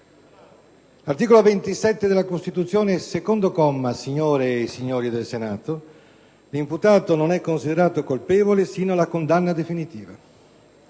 Articolo 27 della Costituzione, secondo comma, signore e signori del Senato: «L'imputato non è considerato colpevole sino alla condanna definitiva».